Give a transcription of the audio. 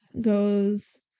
goes